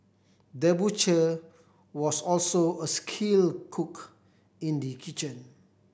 the butcher was also a skilled cook in the kitchen